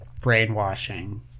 brainwashing